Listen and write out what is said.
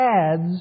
adds